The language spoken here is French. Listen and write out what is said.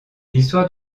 l’histoire